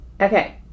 okay